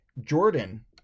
Jordan